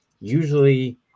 usually